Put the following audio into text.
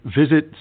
visit